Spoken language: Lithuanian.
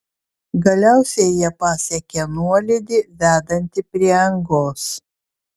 galiausiai jie pasiekė nuolydį vedantį prie angos